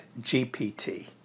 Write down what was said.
GPT